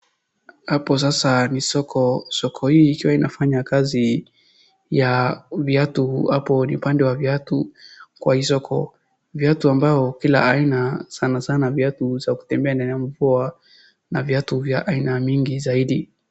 Hapo sasa ni soko, soko hii ikiwa inafanya kazi ya viatu, hapo ni upande wa viatu kwa hii soko. Viatu ambayo kila aina sanasana viatu za kutembea na mvua na viatu vya aina mingi zaidi.